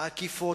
העקיפות,